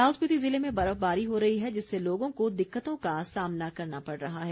लाहौल स्पीति ज़िले में बर्फबारी हो रही है जिससे लोगों को दिक्कतों का सामना करना पड़ रहा है